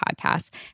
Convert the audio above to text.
podcasts